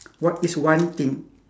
what is one thing